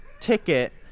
Ticket